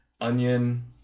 onion